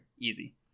Easy